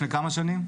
לפני כמה שנים?